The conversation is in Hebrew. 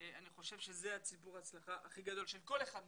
אני חושב שזה סיפור ההצלחה הגדול של כל אחד מכם,